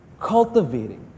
cultivating